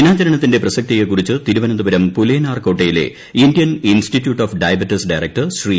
ദിനാചരണത്തിന്റെ പ്രസക്തിയെക്കുറിച്ച് തിരുവനന്തപുരം പുല യനാർക്കോട്ടയിലെ Indian institute of diabetes director Shri